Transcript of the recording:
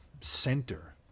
center